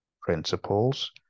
principles